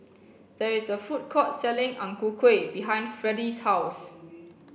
there is a food court selling Ang Ku Kueh behind Freddy's house